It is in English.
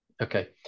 okay